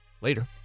Later